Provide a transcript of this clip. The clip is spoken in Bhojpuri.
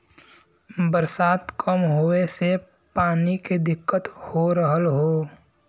बरसात कम होए से पानी के दिक्कत हो रहल हौ